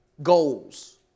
Goals